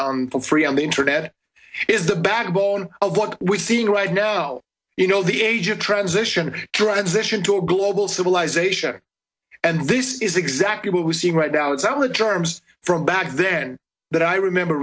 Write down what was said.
on for free on the internet is the backbone of what we're seeing right now you know the age of transition transition to a global civilization and this is exactly what we're seeing right now it's our terms from back then that i remember